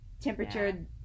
temperature